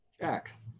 Jack